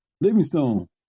Livingstone